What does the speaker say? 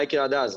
מה יקרה עד אז?